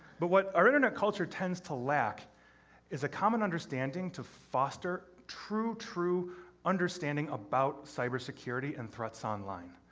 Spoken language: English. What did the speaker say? but what our internet culture tends to lack is a common understanding, to foster true, true understanding about cybersecurity and threats online.